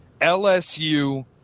LSU